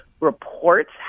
reports